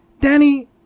Danny